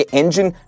engine